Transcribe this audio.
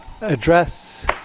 address